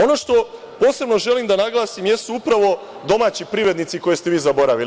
Ono što posebno želim da naglasim jesu upravo domaći privrednici koje ste vi zaboravili.